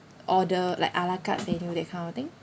order like a la carte menu that kind of thing